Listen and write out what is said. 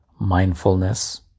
Mindfulness